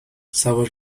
سوار